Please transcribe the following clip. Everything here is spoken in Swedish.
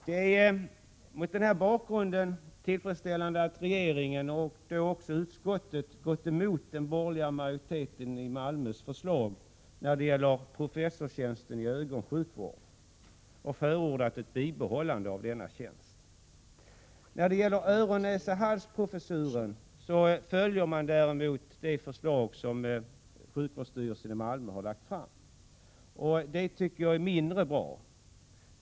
Det är mot den här bakgrunden tillfredsställande att regeringen och också utskottet gått emot förslaget från den borgerliga majoriteten i Malmö när det gäller professorstjänsten i ögonsjukvård och förordat ett bibehållande av denna tjänst. När det gäller öron-, näsoch halsprofessuren följer man däremot det förslag som sjukvårdsstyrelsen i Malmö har lagt fram, och det tycker jag är mindre bra.